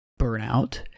burnout